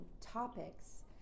topics